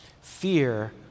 Fear